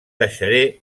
deixaré